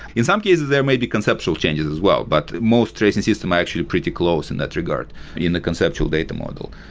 in some cases there might be conceptual changes as well. but most tracing systems are actually pretty close in that regard in the conceptual data model.